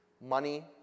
Money